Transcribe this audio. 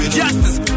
justice